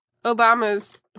Obama's